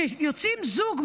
כשיוצאים זוג,